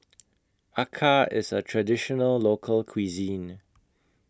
Acar IS A Traditional Local Cuisine